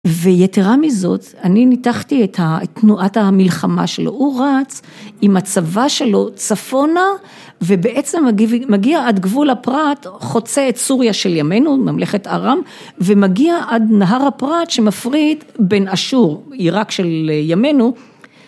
ויתרה מזאת, אני ניתחתי את תנועת המלחמה שלו, הוא רץ עם הצבא שלו צפונה ובעצם מגיע עד גבול הפרת, חוצה את סוריה של ימינו, ממלכת ארם ומגיע עד נהר הפרת שמפריד בין אשור, עיראק של ימינו